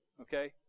Okay